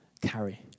carry